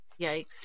Yikes